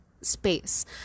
space